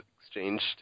exchanged